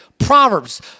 Proverbs